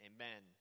Amen